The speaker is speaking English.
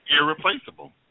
Irreplaceable